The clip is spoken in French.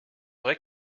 vrai